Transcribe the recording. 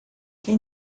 quem